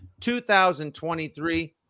2023